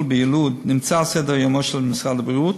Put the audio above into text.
ביילוד נמצא על סדר-יומו של משרד הבריאות,